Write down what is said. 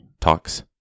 talks